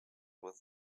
with